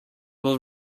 will